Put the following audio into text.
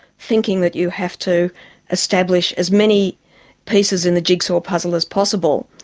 thinking that you have to establish as many pieces in the jigsaw puzzle as possible,